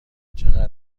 چقدر